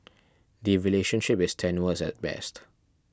the relationship is tenuous at best